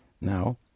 Now